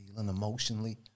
Emotionally